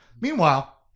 Meanwhile